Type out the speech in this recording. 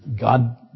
God